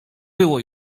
było